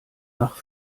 nach